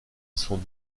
sont